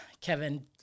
kevin